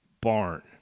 barn